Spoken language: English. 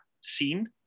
scene